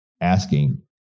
asking